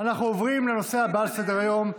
אנחנו עוברים לנושא הבא על סדר-היום,